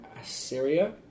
Assyria